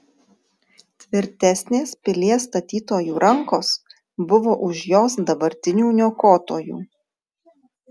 tvirtesnės pilies statytojų rankos buvo už jos dabartinių niokotojų